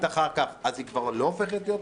אחר כך אז היא כבר לא הופכת להיות פורשת?